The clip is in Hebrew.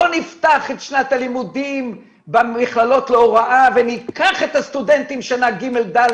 לא נפתח את שנת הלימודים במכללות להוראה וניקח את הסטודנטים שנה ג'-ד'